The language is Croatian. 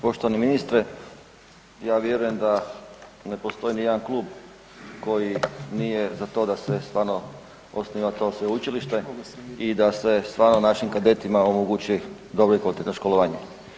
Poštovani ministre ja vjerujem da ne postoji ni jedan klub koji nije za to da se stvarno osniva to sveučilište i da se stvarno našim kadetima omogući dobro i kvalitetno školovanje.